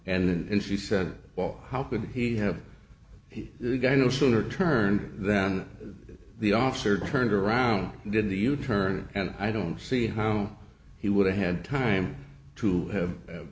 and she said well how could he have the guy no sooner turned than the officer turned around and did the u turn and i don't see how he would have had time to have